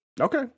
Okay